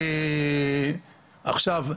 עכשיו,